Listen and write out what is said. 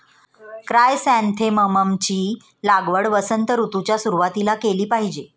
chrysanthemum ची लागवड वसंत ऋतूच्या सुरुवातीला केली पाहिजे